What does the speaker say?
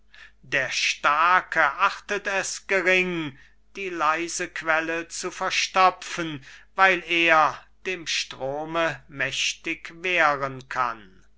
haß der starke achtet es gering die leise quelle zu verstopfen weil er dem strome mächtig wehren kann